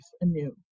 anew